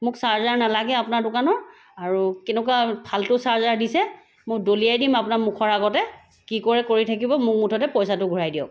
মোক চাৰ্জাৰ নালাগে আপোনাৰ দোকানৰ আৰু কেনেকুৱা ফাল্টু চাৰ্জাৰ দিছে মই দলিয়াই দিম আপোনাৰ মুখৰ আগতে কি কৰে কৰি থাকিব মোক মুঠতে পইচাটো ঘূৰাই দিয়ক